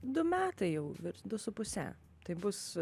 du metai jau virš du su puse tai bus